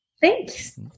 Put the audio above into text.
Thanks